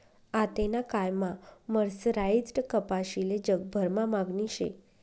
आतेना कायमा मर्सराईज्ड कपाशीले जगभरमा मागणी शे